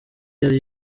yari